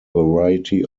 variety